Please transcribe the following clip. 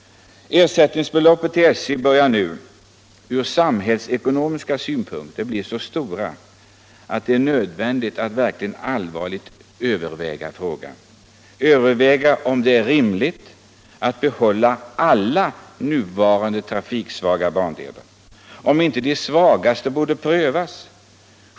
Ersättningsbeloppen till SJ börjar nu från samhällsekonomiska synpunkter bli så stora att det är nödvändigt att verkligen allvarligt överväga, om det är rimligt att behålla alla nuvarande trafiksvaga bandelar eller om inte en nedläggning av de svagaste borde prövas.